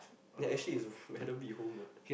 ya actually is a haven't be home what